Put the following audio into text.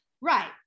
Right